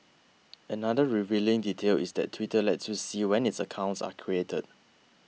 another revealing detail is that Twitter lets you see when its accounts are created